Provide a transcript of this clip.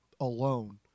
alone